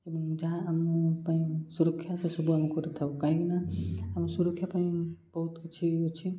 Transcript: ଏବଂ ଯାହା ଆମ ପାଇଁ ସୁରକ୍ଷା ସେସବୁ ଆମେ କରିଥାଉ କାହିଁକିନା ଆମ ସୁରକ୍ଷା ପାଇଁ ବହୁତ କିଛି ଅଛି